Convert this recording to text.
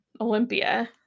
Olympia